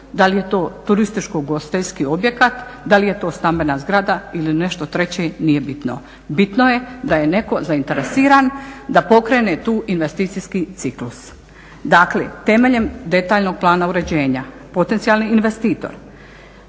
da li je to turističko-ugostiteljski objekat, da li je to stambena zgrada ili nešto treće, nije bitno, bitno je da je netko zainteresiran da pokrene tu investicijski ciklus. Dakle, temeljem detaljnog plana uređenja potencijalni investitor